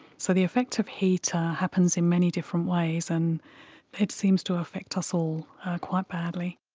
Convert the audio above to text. so the effect of heat happens in many different ways and it seems to affect us all quite badly.